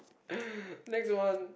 next one